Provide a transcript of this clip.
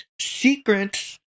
Secrets